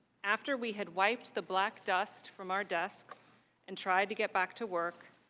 after we had wiped the black dust from our desks and try to get back to work,